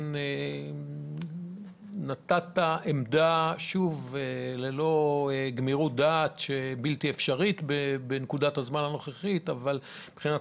נתת עמדה חשובה מבחינת